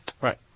Right